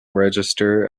register